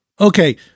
Okay